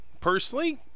personally